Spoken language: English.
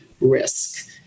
risk